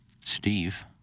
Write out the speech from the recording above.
Steve